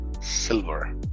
Silver